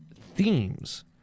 themes